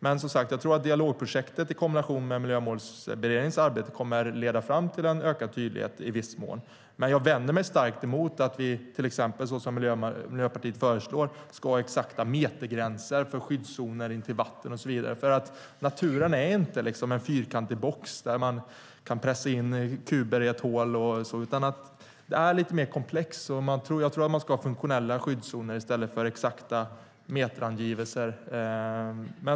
Jag tror som sagt att dialogprojektet i kombination med Miljömålsberedningens arbete kommer att leda fram till en ökad tydlighet i viss mån, men jag vänder mig starkt emot att vi till exempel, som Miljöpartiet föreslår, ska ha exakta metergränser för skyddszoner intill vatten och så vidare. Naturen är inte en fyrkantig box där man kan pressa in kuber i ett hål. Den är lite mer komplex, och jag tror att man ska ha funktionella skyddszoner i stället för exakta meterangivelser.